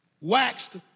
Waxed